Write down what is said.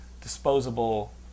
disposable